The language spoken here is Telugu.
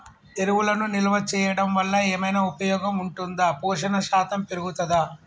ఎరువులను నిల్వ చేయడం వల్ల ఏమైనా ఉపయోగం ఉంటుందా పోషణ శాతం పెరుగుతదా?